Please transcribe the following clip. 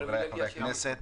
חברי הכנסת,